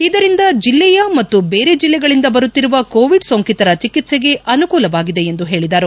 ಇದರಿಂದ ಜಿಲ್ಲೆಯ ಮತ್ತು ಬೇರೆ ಜಿಲ್ಲೆಗಳಿಂದ ಬರುತ್ತಿರುವ ಕೋವಿಡ್ ಸೊಂಕಿತರ ಚಿಕಿತ್ಸೆಗೆ ಅನಕೂಲವಾಗಲಿದೆ ಎಂದು ಹೇಳಿದರು